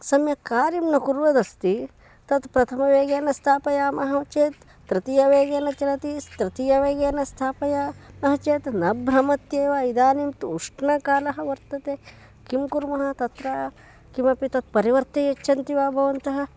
सम्यक् कार्यं न कुर्वदस्ति तत् प्रथमवेगेन स्थापयामः चेत् तृतीयवेगेन चलति तृतीयवेगेन स्थापयामः चेत् न भ्रमत्येव इदानीं तु उष्णकालः वर्तते किं कुर्मः तत्र किमपि तत् परिवर्त्य यच्छन्ति वा भवन्तः